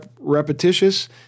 repetitious